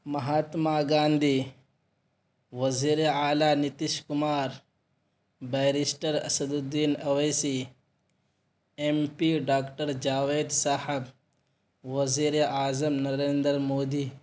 مہاتما گاندھی وزیر اعلیٰ Nitish Kumar barrister Asaduddin Owaisi M P doctor Javed صاحب وزیر اعظم نریندر مودی